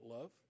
love